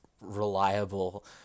reliable